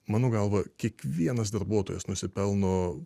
mano galva kiekvienas darbuotojas nusipelno